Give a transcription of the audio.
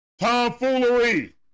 Tomfoolery